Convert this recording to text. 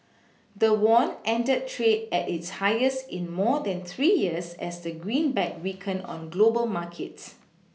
the won ended trade at its highest in more than three years as the greenback weakened on global markets